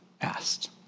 asked